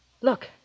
Look